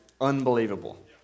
unbelievable